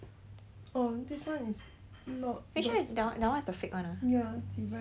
actually that [one] that [one] is the fake [one] ah